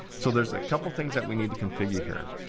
so there's a couple things that we need to configure here.